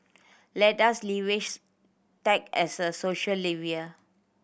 let us tech as a social